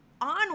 on